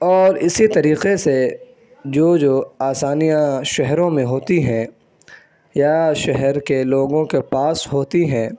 اور اسی طریقے سے جو جو آسانیاں شہروں میں ہوتی ہیں یا شہر کے لوگوں کے پاس ہوتی ہیں